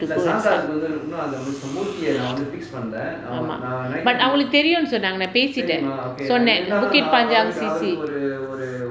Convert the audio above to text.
to go and start ஆமாம்:aamaam but அவங்களுக்கு தெரியும் சொன்னாங்க நான் பேசிட்டேன் சொன்னேன்:avangalukku theriyum sonnaanga naan pesitten sonnen bukit panjang C_C